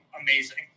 amazing